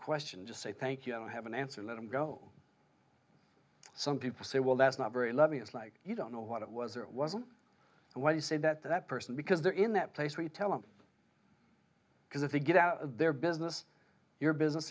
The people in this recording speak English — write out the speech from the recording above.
question just say thank you i don't have an answer let them go some people say well that's not very loving it's like you don't know what it was or wasn't and why you say that that person because they're in that place we tell them because if they get out of their business your business